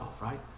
right